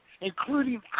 including